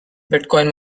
bitcoin